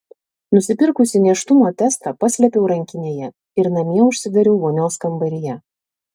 nusipirkusi nėštumo testą paslėpiau rankinėje ir namie užsidariau vonios kambaryje